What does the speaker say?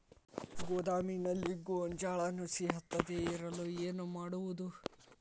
ಗೋದಾಮಿನಲ್ಲಿ ಗೋಂಜಾಳ ನುಸಿ ಹತ್ತದೇ ಇರಲು ಏನು ಮಾಡುವುದು?